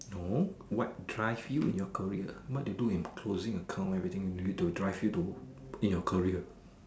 no what drive you in your career what you do in closing account everything need to drive you to in your career